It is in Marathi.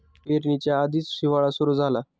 पेरणीच्या आधीच हिवाळा सुरू झाला